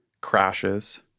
crashes